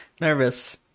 nervous